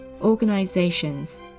organizations